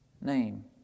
name